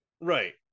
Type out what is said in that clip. right